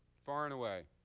far and away.